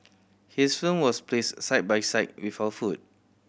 his film was placed side by side with our food